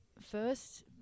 first